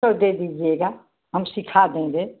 तो दे दीजिएगा हम सीखा देंगे